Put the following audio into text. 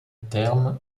terme